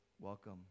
Welcome